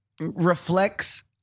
Reflects